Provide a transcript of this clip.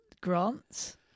grants